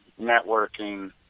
networking